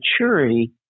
maturity